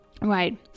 right